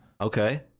Okay